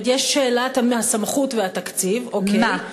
זאת אומרת, יש שאלת הסמכות והתקציב, אוקיי, מה?